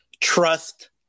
trust